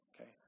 Okay